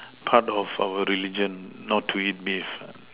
part of our religion not to eat beef